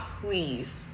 please